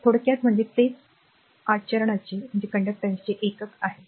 थोडक्यात म्हणजे तेच आचरणांचे आर एकक आहे